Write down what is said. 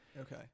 Okay